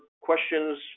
questions